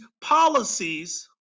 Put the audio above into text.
policies